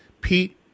pete